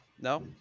No